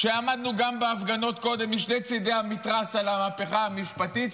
שקודם עמדנו בהפגנות משני צידי המתרס על המהפכה המשפטית,